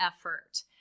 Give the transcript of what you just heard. effort